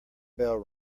bell